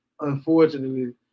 unfortunately